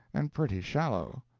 and pretty shallow.